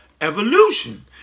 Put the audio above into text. evolution